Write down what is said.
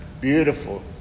beautiful